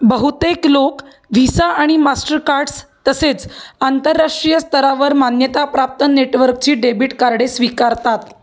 बहुतेक लोक व्हिसा आणि मास्टरकार्ड्स तसेच आंतरराष्ट्रीय स्तरावर मान्यताप्राप्त नेटवर्कची डेबिट कार्डे स्वीकारतात